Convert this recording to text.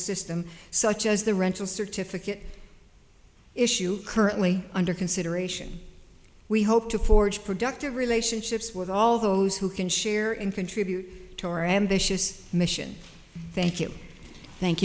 system such as the rental certificate issue currently under consideration we hope to forge productive relationships with all those who can share and contribute to our ambitious mission thank you thank